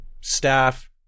staff